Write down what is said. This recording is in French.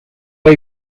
pas